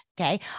okay